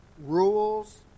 rules